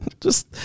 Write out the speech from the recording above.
Just-